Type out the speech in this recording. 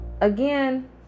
again